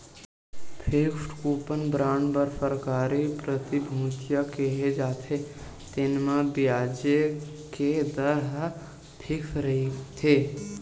fixed coupon bond बर सरकारी प्रतिभूतिया केहे जाथे, तेन म बियाज के दर ह फिक्स रहिथे